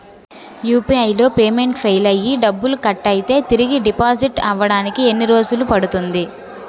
UPI లో payment fail అయ్యి డబ్బులు కట్ అయితే తిరిగి డిపాజిట్ అవ్వడానికి ఎన్ని రోజులు పడుతుంది?